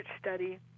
study